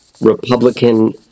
Republican